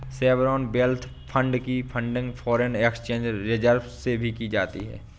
sovereign wealth fund की funding foreign exchange reserves से भी की जाती है